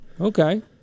Okay